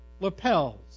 lapels